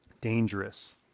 dangerous